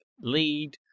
lead